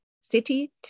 city